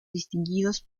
distinguidos